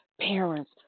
parents